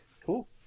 Cool